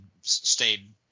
stayed